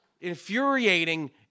infuriating